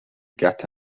get